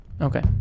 Okay